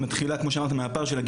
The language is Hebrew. היא מתחילה כמו שאמרת,